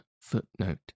Footnote